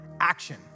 action